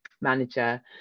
manager